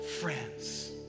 friends